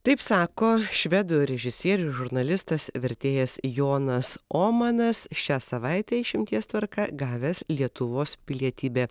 taip sako švedų režisierius žurnalistas vertėjas jonas omanas šią savaitę išimties tvarka gavęs lietuvos pilietybę